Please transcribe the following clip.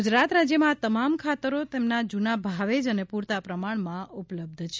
ગુજરાત રાજ્યમાં આ તમામ ખાતરો તેમના જુના ભાવે જ અને પુરતા પ્રમાણમાં ઉપલબ્ધ છે